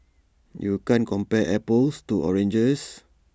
you can't compare apples to oranges